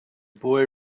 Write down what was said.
boy